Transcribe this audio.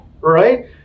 right